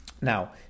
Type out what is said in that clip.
Now